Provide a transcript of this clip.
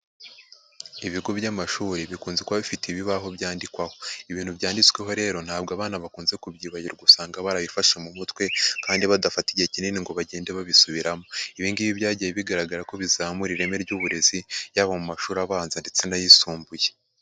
Ibigo by'amashuri bikunze kuba bifite ibibaho byandikwaho, ibintu byanditsweho rero ntabwo abana bakunze kubyibagirwa usanga barabifashe mu mutwe kandi badafata igihe kinini ngo bagende babisubiramo ibingibi byagiye bigaragara ko bizamura ireme ry'uburezi yaba mu mashuri abanza ndetse n'ayisumbuye.